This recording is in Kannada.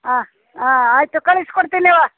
ಹಾಂ ಆಯಿತು ಕಳಿಸಿ ಕೊಡ್ತೀನಿ ಅವ್ವ